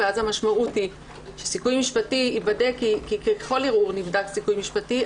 המשמעות היא שסיכוי משפטי ייבדק כי בכל ערעור נבדק סיכוי משפטי,